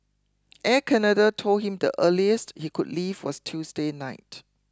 Air Canada told him the earliest he could leave was Tuesday night